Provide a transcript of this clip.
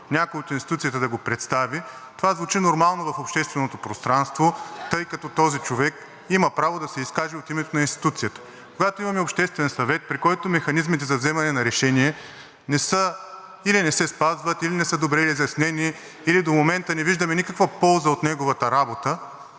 някой от институцията да го представи, това звучи нормално в общественото пространство, тъй като този човек има право да се изкаже от името на институцията. Когато имаме обществен съвет, при който механизмите за вземане на решение или не се спазват, или не са добре изяснени, или до момента не виждаме никаква полза от неговата работа,